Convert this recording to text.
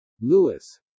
Lewis